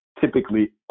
typically